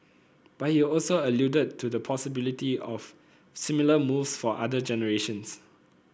but he also alluded to the possibility of similar moves for other generations